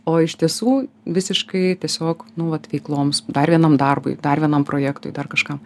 o iš tiesų visiškai tiesiog nu vat veikloms dar vienam darbui dar vienam projektui dar kažkam